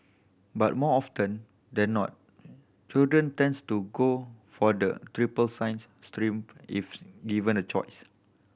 but more often than not students tend to go for the triple science stream if given a choice